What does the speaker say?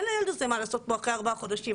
אין לילד הזה מה לעשות פה אחרי ארבעה חודשים,